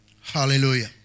Hallelujah